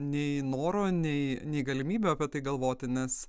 nei noro nei nei galimybių apie tai galvoti nes